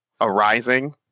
arising